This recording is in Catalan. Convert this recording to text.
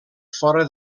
fora